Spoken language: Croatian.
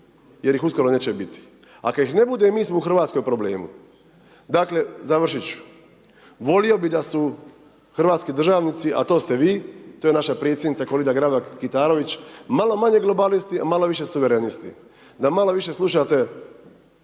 jer ih uskoro neće biti a kada ih ne bude mi smo u Hrvatskoj u problemu. Dakle, završiti ću. Volio bih da su hrvatski državnici a to ste vi, to je naša predsjednica Kolinda Grabar Kitarović, malo manje globalisti a malo više suverenisti. Da malo više slušate